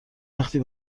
وقتی